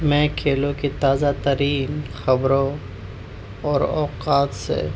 میں کھلیوں کی تازہ ترین خبروں اور اوقات سے